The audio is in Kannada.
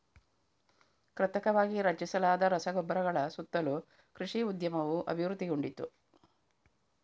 ಕೃತಕವಾಗಿ ರಚಿಸಲಾದ ರಸಗೊಬ್ಬರಗಳ ಸುತ್ತಲೂ ಕೃಷಿ ಉದ್ಯಮವು ಅಭಿವೃದ್ಧಿಗೊಂಡಿತು